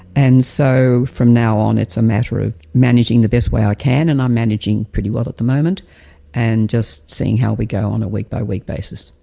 and so from now on it's a matter of managing the best way i can, and i'm managing pretty well at the moment and just seeing how we go on a week by week basis.